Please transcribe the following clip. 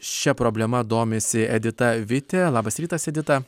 šia problema domisi edita vitė labas rytas edita